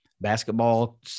basketball